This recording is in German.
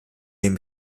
den